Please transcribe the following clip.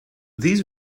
these